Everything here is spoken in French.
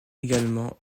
également